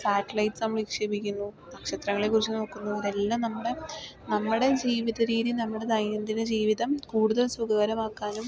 സാറ്റലൈറ്റിസും വിക്ഷേപിക്കുന്നു നക്ഷത്രങ്ങളേക്കുറിച്ച് നോക്കുന്നു ഇതെല്ലാം നമ്മുടെ നമ്മുടെ ജീവിത രീതിയും നമ്മുടെ ദൈനദിന ജീവിതം കൂടുതൽ സുഖകരമാക്കാനും